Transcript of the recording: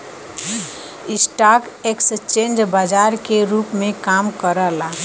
stock exchange बाजार के रूप में काम करला